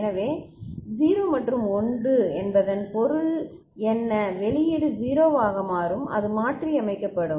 எனவே 0 மற்றும் 1 என்பதன் பொருள் என்ன வெளியீடு 0 ஆக மாறும் அது மாற்றியமைக்கப்படும்